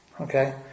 Okay